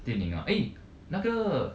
电影啊 eh 那个